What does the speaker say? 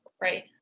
right